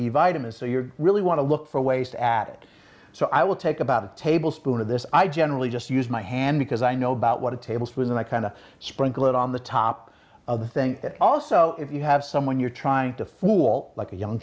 b vitamins so you're really want to look for ways to add it so i would take about a tablespoon of this i generally just use my hand because i know about what a tablespoon the kind of sprinkle it on the top of the think that also if you have some when you're trying to fool like a young